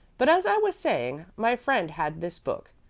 but, as i was saying, my friend had this book,